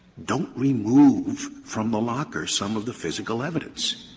don't remove from the locker some of the physical evidence?